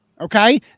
Okay